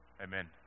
Amen